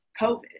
COVID